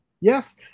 Yes